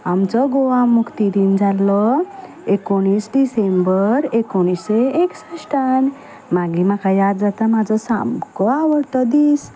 आमचो गोवा मुक्ती दीन जाल्लो एकुणीस डिसेंबर एकुणशे एकसश्टांत मागीर म्हाका याद जाता म्हाजो सामको आवडटो दीस